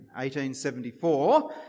1874